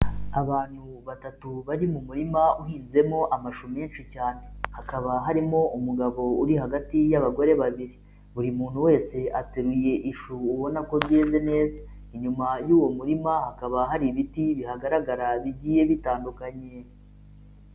Abantu batatu bari mu murima uhinzemo amashu menshi cyane, hakaba harimo umugabo uri hagati y'abagore babiri buri muntu wese ateruye ishu ubona ko yeze neza, inyuma y'uwo murima hakaba hari ibiti bihagaragara bigiye bitandukanye.